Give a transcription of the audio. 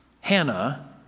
Hannah